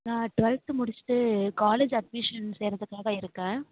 நான் டுவல்த் முடிச்சுட்டு college admission சேர்த்துக்காக இருக்கேன்